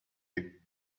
you